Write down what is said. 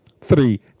three